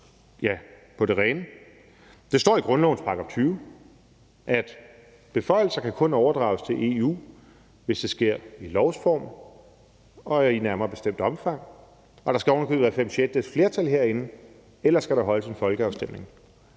den flade hånd; det står i grundlovens § 20, at beføjelser kun kan overdrages til EU, hvis det sker i lovsform og i nærmere bestemt omfang, og der skal ovenikøbet være fem sjettedeles flertal herinde – ellers skal der holdes en folkeafstemning.